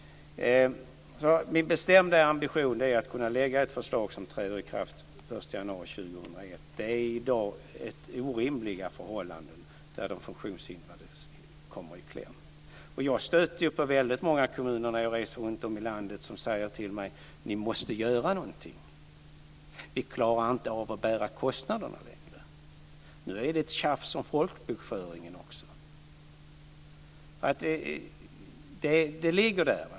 Min bestämda ambition är att kunna lägga fram ett förslag som träder i kraft den 1 januari 2001. Det är i dag orimliga förhållanden där de funktionshindrade kommer i kläm. Jag stöter på väldigt många representanter för kommuner när jag reser runtom i landet som säger till mig: Ni måste göra någonting. Vi klarar inte längre av att bära kostnaderna. Nu är det ett tjafs om folkbokföringen också.